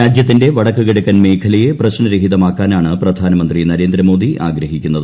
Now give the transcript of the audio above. രാജ്യത്തിന്റെ വടക്കുകിഴക്കൻ മേഖലയെ പ്രശ്നരഹിതമാക്കാനാണ് പ്രധാനമന്ത്രി നരേന്ദ്രമോദി ആഗ്രഹിക്കുന്നത്